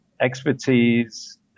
expertise